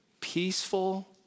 peaceful